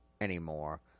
anymore